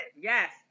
yes